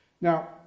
Now